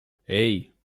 hey